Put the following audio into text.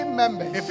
members